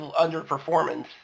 underperformance